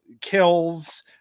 kills